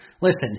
Listen